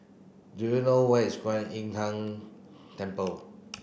do you know where is Kwan Im Tng Temple